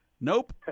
Nope